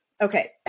Okay